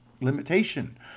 limitation